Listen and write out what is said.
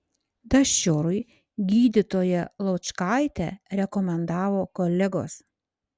daščiorui gydytoją laučkaitę rekomendavo kolegos